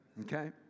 okay